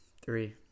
Three